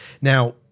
Now